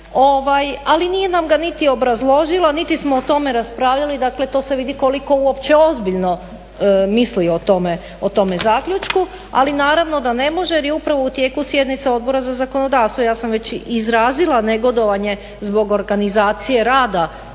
ali nije nam ga niti obrazložilo niti smo o tome raspravljali, dakle to se vidi koliko uopće ozbiljno misli o tome zaključku ali naravno da ne može jer je upravo u tijeku sjednica Odbora za zakonodavstvo. Ja sam već izrazila negodovanje zbog organizacije rada